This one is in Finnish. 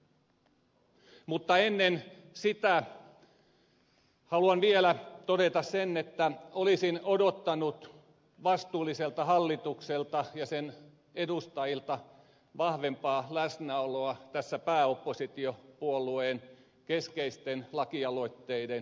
mutta ennen sitä haluan vielä todeta sen että olisin odottanut vastuulliselta hallitukselta ja sen edustajilta vahvempaa läsnäoloa tässä pääoppositiopuolueen keskeisten lakialoitteiden esittelytilaisuudessa